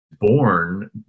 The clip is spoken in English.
born